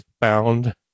found